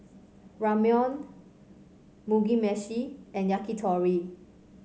Ramyeon Mugi Meshi and Yakitori